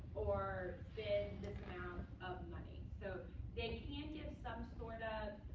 or spend this amount of money. so that and give some sort of